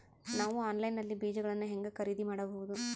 ನಾವು ಆನ್ಲೈನ್ ನಲ್ಲಿ ಬೇಜಗಳನ್ನು ಹೆಂಗ ಖರೇದಿ ಮಾಡಬಹುದು?